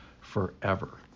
forever